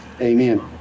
Amen